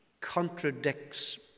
contradicts